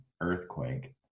earthquake